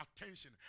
attention